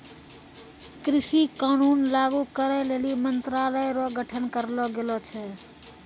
कृषि कानून लागू करै लेली मंत्रालय रो गठन करलो गेलो छै